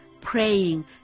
praying